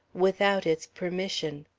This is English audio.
without its permission.